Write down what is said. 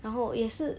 然后也是